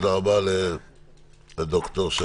תודה רבה לרופא הוועדה